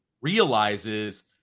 realizes –